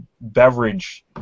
beverage